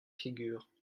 figure